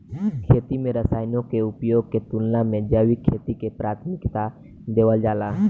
खेती में रसायनों के उपयोग के तुलना में जैविक खेती के प्राथमिकता देवल जाला